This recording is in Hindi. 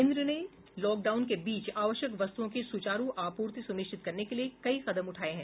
केन्द्र ने लॉकडाउन के बीच आवश्यक वस्तुओं की सुचारू आपूर्ति सुनिश्चित करने के लिए कई कदम उठाये हैं